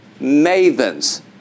mavens